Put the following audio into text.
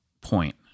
point